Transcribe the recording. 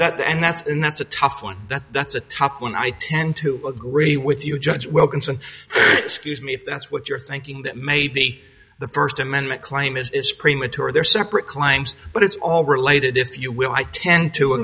that and that's and that's a tough one that's a tough one i tend to agree with you judge wilkinson excuse me if that's what you're thinking that maybe the first amendment claim is premature they're separate claims but it's all related if you will i tend to